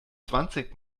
zwanzig